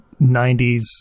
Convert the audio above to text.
90s